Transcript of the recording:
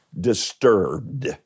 disturbed